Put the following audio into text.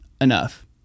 enough